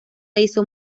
hizo